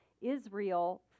israel